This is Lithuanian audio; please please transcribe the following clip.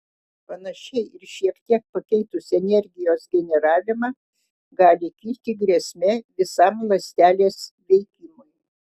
panašiai ir šiek tiek pakeitus energijos generavimą gali kilti grėsmė visam ląstelės veikimui